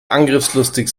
angriffslustig